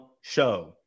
show